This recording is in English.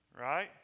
Right